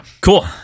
cool